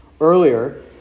earlier